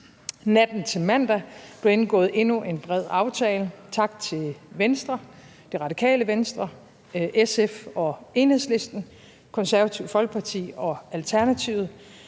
Natten til mandag blev der indgået endnu en bred aftale; tak til Venstre, Det Radikale Venstre, SF, Enhedslisten, Det Konservative Folkeparti og Alternativet.